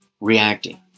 reacting